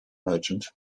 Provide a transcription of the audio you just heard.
merchant